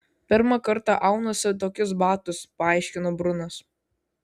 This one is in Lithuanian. pirmą kartą aunuosi tokius batus paaiškino brunas